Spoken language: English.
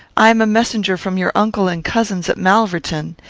i am a messenger from your uncle and cousins at malverton.